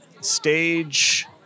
stage